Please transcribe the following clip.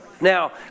Now